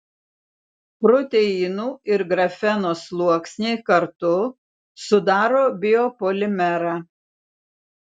proteinų ir grafeno sluoksniai kartu sudaro biopolimerą